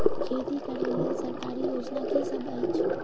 खेती करै लेल सरकारी योजना की सब अछि?